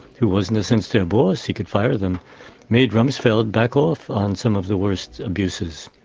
who was in a sense their boss he could fire them made rumsfeld back off on some of the worst abuses.